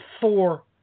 four